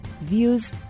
views